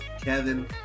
Kevin